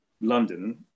London